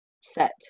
set